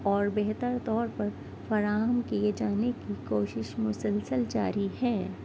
اور بہتر طور پر فراہم کیے جانے کی کوشش مسلسل جاری ہے